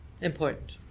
important